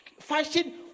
fashion